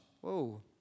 Whoa